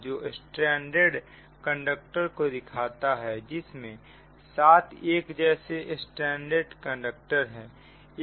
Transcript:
जो stranded conductor को दिखाता है जिसमें 7 एक जैसे स्ट्रैंड है